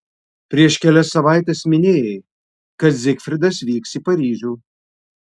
prieš kelias savaites minėjai kad zigfridas vyks į paryžių